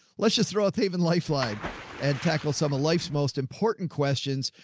let's just throw a teva in lifeline and tackle some of life's most important questions.